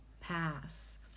pass